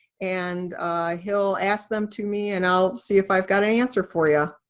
and he'll ask them to me, and i'll see if i've got an answer for you.